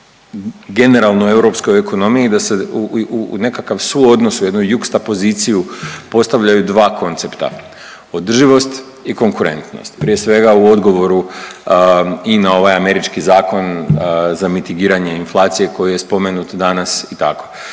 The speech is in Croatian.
o generalno europskoj ekonomiji da se nekakav suodnos u jednu jugsta poziciju postavljaju dva koncepta – održivost i konkurentnost. Prije svega u odgovoru i na ovaj američki zakon za mitigiranje inflacije koji je spomenut danas i tako.